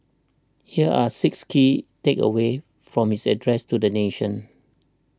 here are six key takeaways from his address to the nation